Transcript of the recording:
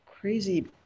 crazy